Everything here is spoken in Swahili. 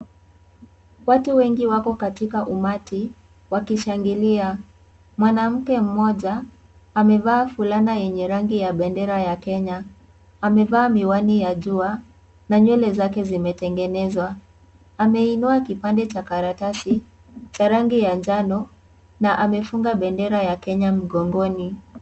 Watu wengi wako katika umati wakishangilia. Mwanamke mmoja amevaa fulana yenye rangi ya bendera ya kenya amevaa miwani ya jua na nywele zake zimetengenezwa. Ameinua kipande cha karatasi cha rangi ya njano na amefunga bendera ya kenya mgongoni.